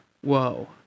Whoa